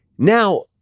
Now